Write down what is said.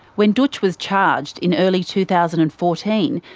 when dootch was charged in early two thousand and fourteen,